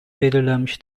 belirlenmiş